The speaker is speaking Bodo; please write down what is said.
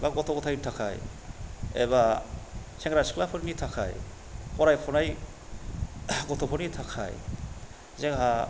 बा गथ' गथायनि थाखाय एबा सेंग्रा सिख्लाफोरनि थाखाय फरायफुनाय गथ'फोरनि थाखाय जोंहा